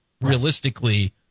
realistically